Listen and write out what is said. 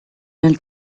nel